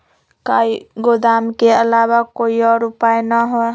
का गोदाम के आलावा कोई और उपाय न ह?